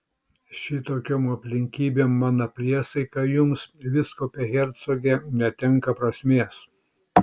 šitokiom aplinkybėm mano priesaika jums vyskupe hercoge netenka prasmės